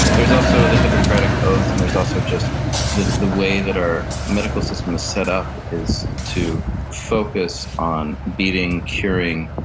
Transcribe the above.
there's also the hippocratic oath and there's also just the the way that our medical system is set us is to focus on beating, curing,